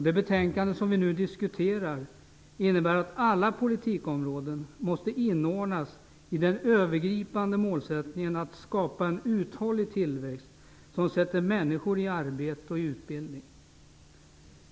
Det betänkande som vi nu diskuterar innebär att alla politikområden måste inordnas under den övergripande målsättningen att skapa en uthållig tillväxt som sätter människor i arbete och utbildning.